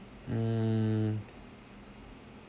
mm